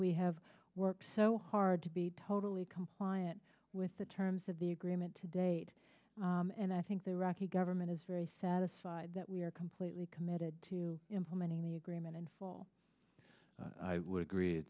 we have worked so hard to be totally compliant with the terms of the agreement to date and i think the iraqi government is very satisfied that we are completely committed to implementing the agreement in full i would agree